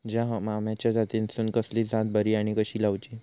हया आम्याच्या जातीनिसून कसली जात बरी आनी कशी लाऊची?